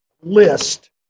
list